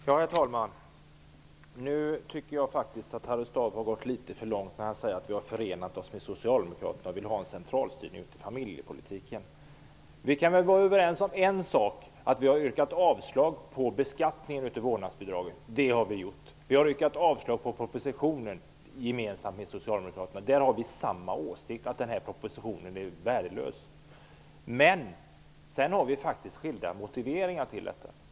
Herr talman! Nu tycker jag faktiskt att Harry Staaf gått litet för långt. Han säger att vi har förenat oss med Socialdemokraterna och vill ha en centralstyrning av familjepolitiken. Vi kan vara överens om en sak. Ny demokrati har yrkat avslag på beskattningen av vårdnadsbidraget. Det har vi gjort. Vi har gemensamt med Där har vi samma åsikt. Vi tycker att propositionen är värdelös. Men vi har skilda motiveringar till detta.